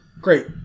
great